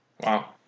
Wow